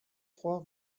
trois